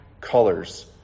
colors